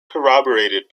corroborated